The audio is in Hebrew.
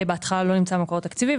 בהתחלה לא נמצא מקור תקציבי,